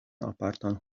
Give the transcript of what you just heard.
apartan